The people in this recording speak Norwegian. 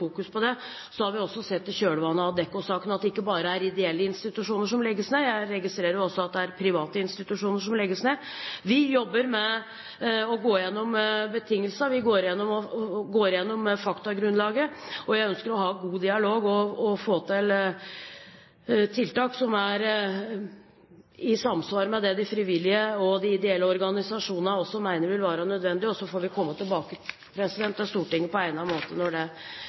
på det. Så har vi også sett i kjølvannet av Adecco-saken at det ikke bare er ideelle institusjoner som legges ned. Jeg registrerer at det også er private institusjoner som legges ned. Vi jobber med å gå gjennom betingelsene. Vi går gjennom faktagrunnlaget. Jeg ønsker å ha en god dialog og få til tiltak som er i samsvar med det de frivillige og de ideelle organisasjonene også mener vil være nødvendig, og så får vi komme tilbake til Stortinget på egnet måte når vi er ferdig med vårt arbeid. Det